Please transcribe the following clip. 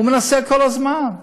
הוא מנסה כל הזמן.